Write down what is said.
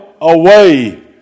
away